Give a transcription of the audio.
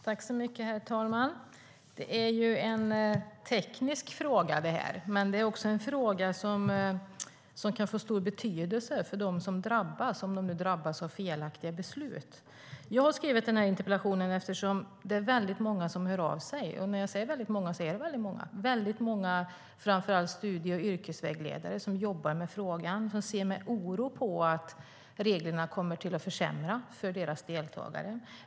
Herr talman! Det här är en teknisk fråga, men det är också en fråga som kan få stor betydelse för dem som drabbas om de nu drabbas av felaktiga beslut. Jag har skrivit interpellationen eftersom det är väldigt många som hör av sig. Jag säger väldigt många, och det är väldigt många. Det är framför allt studie och yrkesvägledare som jobbar med frågan som ser med oro på att reglerna kommer att försämra för deras deltagare.